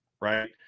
right